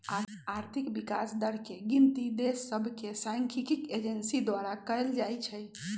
आर्थिक विकास दर के गिनति देश सभके सांख्यिकी एजेंसी द्वारा कएल जाइ छइ